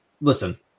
Listen